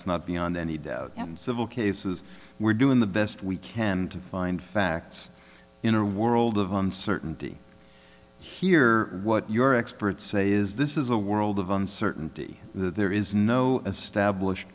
is not beyond any doubt civil cases we're doing the best we can to find facts in a world of uncertainty here what your experts say is this is a world of uncertainty there is no established